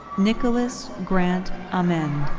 nicholas grant amend.